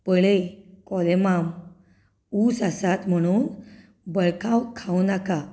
पळय कोलेमाम ऊस आसात म्हणून बळकावन खावं नाका